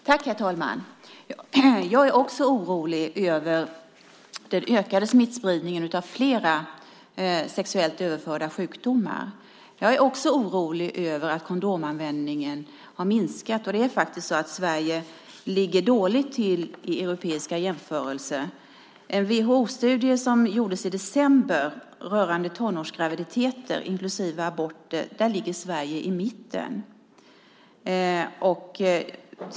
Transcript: Herr talman! Också jag är orolig över den ökade smittspridningen av flera sexuellt överförbara sjukdomar. Också jag är orolig över att kondomanvändningen har minskat. Sverige ligger dåligt till i europeiska jämförelser. I en WHO-studie som gjordes i december rörande tonårsgraviditeter, inklusive aborter, ligger Sverige i mitten.